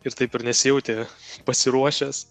ir taip ir nesijauti pasiruošęs